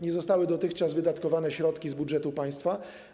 nie zostały dotychczas wydatkowane środki z budżetu państwa.